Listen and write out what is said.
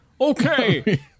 Okay